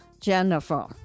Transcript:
Jennifer